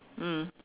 mm